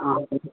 అ